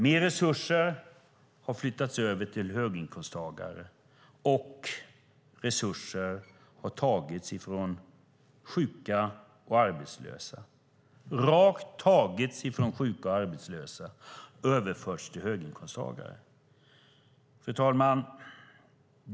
Mer resurser har flyttats över till höginkomsttagare, och resurser har tagits från sjuka och arbetslösa och överförts till höginkomsttagare. Fru talman!